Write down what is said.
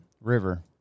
River